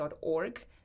org